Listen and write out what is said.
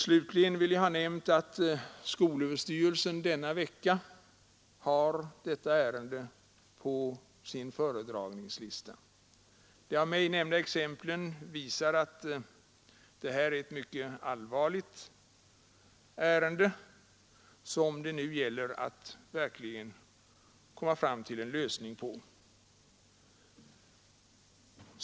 Slutligen vill jag nämna att skolöverstyrelsen vid sammanträde denna vecka har frågan om de ”taktiska” avhopparna från gymnasieskolan på sin föredragningslista. De av mig här nämnda exemplen visar att frågan är mycket allvarlig. Det gäller verkligen att snabbt komma fram till en lösning på den.